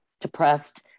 depressed